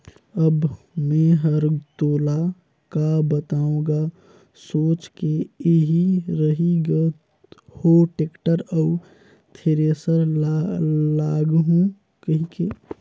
अब मे हर तोला का बताओ गा सोच के एही रही ग हो टेक्टर अउ थेरेसर लागहूँ कहिके